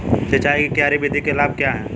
सिंचाई की क्यारी विधि के लाभ क्या हैं?